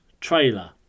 trailer